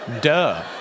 Duh